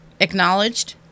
acknowledged